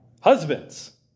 Husbands